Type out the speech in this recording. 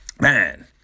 Man